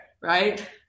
right